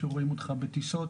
כשרואים אותך בטיסות,